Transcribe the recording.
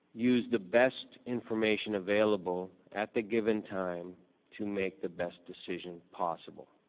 use the best information available at the given time to make the best decision possible.